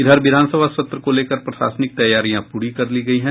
इधर विधानसभा सत्र को लेकर प्रशासनिक तैयारियां पूरी कर ली गयी हैं